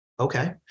okay